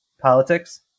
politics